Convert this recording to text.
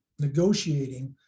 negotiating